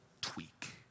tweak